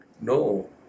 No